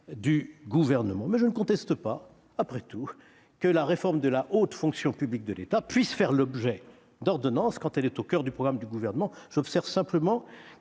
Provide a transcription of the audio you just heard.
du Gouvernement, mais je ne conteste pas, après tout, que la réforme de la haute fonction publique de l'État puisse faire l'objet d'ordonnances quand elle est au coeur du programme du Gouvernement. J'observe simplement que